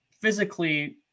physically